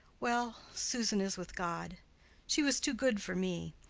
well, susan is with god she was too good for me.